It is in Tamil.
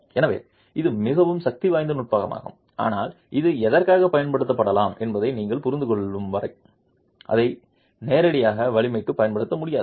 எனவே இது மிகவும் சக்திவாய்ந்த நுட்பமாகும் ஆனால் அது எதற்காகப் பயன்படுத்தப்படலாம் என்பதை நீங்கள் புரிந்துகொள்ளும் வரை அதை நேரடியாக வலிமைக்கு பயன்படுத்த முடியாது